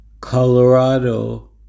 Colorado